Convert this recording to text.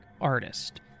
artist